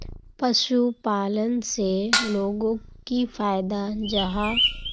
पशुपालन से लोगोक की फायदा जाहा?